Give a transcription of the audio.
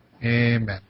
Amen